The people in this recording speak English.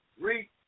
Read